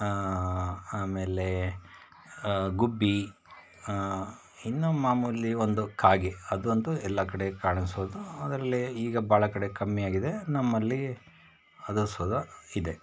ಆಮೇಲೆ ಗುಬ್ಬಿ ಇನ್ನು ಮಾಮೂಲಿ ಒಂದು ಕಾಗೆ ಅದು ಅಂತೂ ಎಲ್ಲ ಕಡೆ ಕಾಣಿಸೋದು ಅದರಲ್ಲಿ ಈಗ ಭಾಳ ಕಡೆ ಕಮ್ಮಿ ಆಗಿದೆ ನಮ್ಮಲ್ಲಿ ಅದು ಸದಾ ಇದೆ